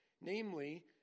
Namely